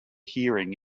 hearing